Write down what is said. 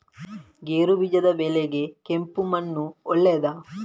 ಗೇರುಬೀಜದ ಬೆಳೆಗೆ ಕೆಂಪು ಮಣ್ಣು ಒಳ್ಳೆಯದಾ?